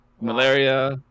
malaria